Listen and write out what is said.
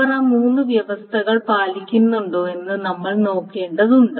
അവർ ആ മൂന്ന് വ്യവസ്ഥകൾ പാലിക്കുന്നുണ്ടോ എന്ന് നമ്മൾ നോക്കേണ്ടതുണ്ട്